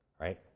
Right